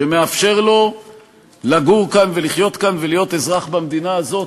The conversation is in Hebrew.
שמאפשר לו לגור כאן ולחיות כאן ולהיות אזרח במדינה הזאת,